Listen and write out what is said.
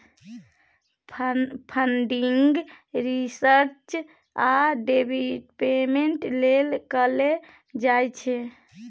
funding research आ development लेल कएल जाइ छै